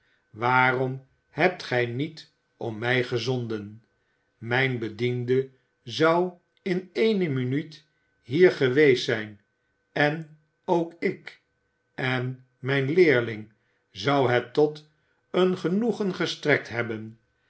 waarom hebt gij niet om mij gezonden mijn bediende zou in eene minuut hier geweest zijn en ook ik en mijn leerling zou het tot een genoegen gestrekt hebben